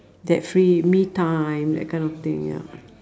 that free me time that kind of thing ya